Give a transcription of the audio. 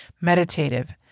meditative